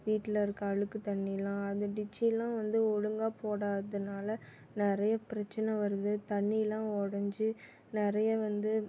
வீட்டில் இருக்க அழுக்கு தண்ணியெலாம் அந்த டிச்செலாம் வந்து ஒழுங்கா போடாதுனால் நிறைய பிரச்சின வருது தண்ணியெலாம் உடஞ்சி நிறைய வந்து